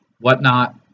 whatnot